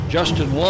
Justin